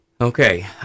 Okay